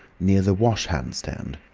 near the wash-hand stand.